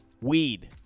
Weed